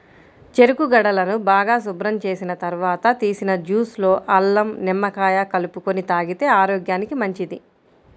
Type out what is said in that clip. చెరుకు గడలను బాగా శుభ్రం చేసిన తర్వాత తీసిన జ్యూస్ లో అల్లం, నిమ్మకాయ కలుపుకొని తాగితే ఆరోగ్యానికి మంచిది